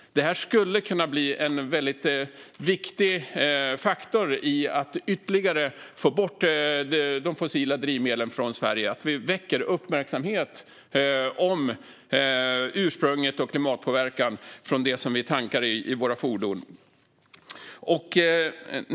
Det här skulle kunna bli en väldigt viktig faktor i att ytterligare få bort de fossila drivmedlen från Sverige och göra att vi väcker uppmärksamhet när det gäller ursprunget och klimatpåverkan av det som vi tankar i våra fordon.